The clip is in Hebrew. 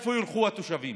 לאיפה ילכו התושבים?